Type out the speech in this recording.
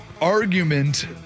argument